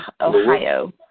Ohio